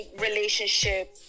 relationship